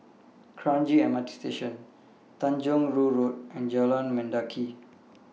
Kranji M R T Station Tanjong Rhu Road and Jalan Mendaki